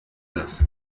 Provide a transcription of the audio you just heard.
das